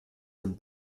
den